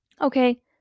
okay